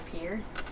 peers